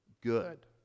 good